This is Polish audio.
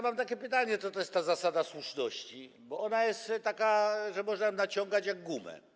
Mam pytanie, co to jest ta zasada słuszności, bo ona jest taka, że można ją naciągać jak gumę.